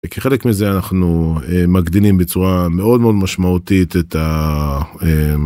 וכחלק מזה אנחנו מגדילים בצורה מאוד מאוד משמעותית את ה.. אממ..